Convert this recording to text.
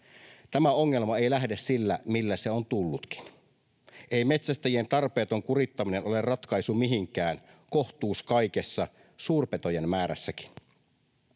Tämä ongelma ei lähde sillä, millä se on tullutkin. Ei metsästäjien tarpeeton kurittaminen ole ratkaisu mihinkään — kohtuus kaikessa, suurpetojen määrässäkin.